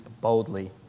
boldly